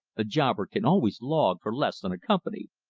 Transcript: a jobber can always log for less than a company.